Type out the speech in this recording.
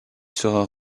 sera